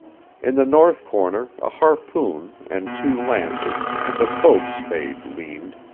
in the north corner, a harpoon, and two lances, and a boat spade leaned.